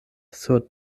sur